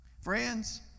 Friends